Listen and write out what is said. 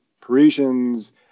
Parisians